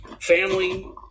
Family